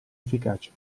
efficacia